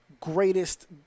greatest